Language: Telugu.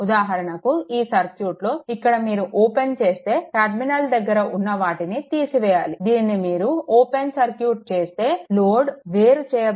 ఉదాహరణకు ఈ సర్క్యూట్లో ఇక్కడ మీరు ఓపెన్ చేస్తే టర్మినల్ దగ్గర ఉన్న వాటిని తీసివేయాలి దీనిని మీరు ఓపెన్ సర్క్యూట్ చేస్తే లోడ్ వేరు చేయబడుతుంది